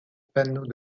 panneaux